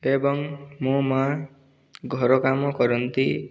ଏବଂ ମୋ' ମା' ଘର କାମ କରନ୍ତି